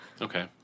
Okay